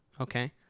Okay